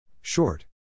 short